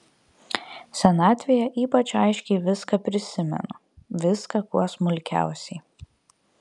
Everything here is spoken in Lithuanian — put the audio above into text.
senatvėje ypač aiškiai viską prisimenu viską kuo smulkiausiai